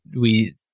we-